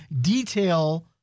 detail